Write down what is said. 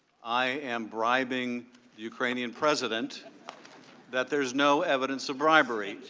i am bribing the ukrainian president that there is no evidence of bribery.